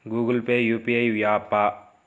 Google Pay UPI య్యాపా?